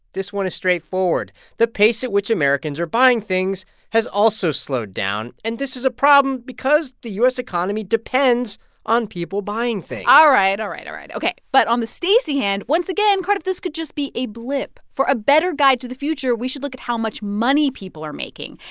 this one is straightforward. the pace at which americans are buying things has also slowed down, and this is a problem because the u s. economy depends on people buying things ah all right. all right. all right. ok. but on the stacey hand, once again, cardiff, this could just be a blip. for a better guide to the future, we should look at how much money people are making,